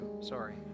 Sorry